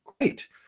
Great